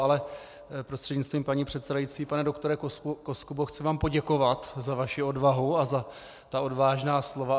Ale prostřednictvím paní předsedající pane doktore Koskubo, chci vám poděkovat za vaši odvahu a za ta odvážná slova.